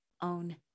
own